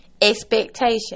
Expectation